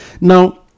Now